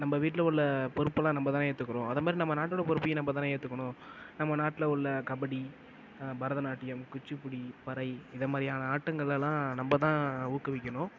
நம்ம வீட்டில் உள்ள பொறுப்பைலாம் நம்ம தான் ஏத்துக்கிறோம் அதை மாதிரி நம்ம நாட்டோட பொறுப்பையும் நம்ம தான் ஏத்துக்கணும் நம்ம நாட்டில் உள்ள கபடி பரதநாட்டியம் குச்சிபுடி பறை இதை மாதிரியான ஆட்டங்கள் எல்லாம் நம்ம தான் ஊக்கவிக்கணும்